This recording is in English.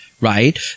right